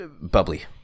bubbly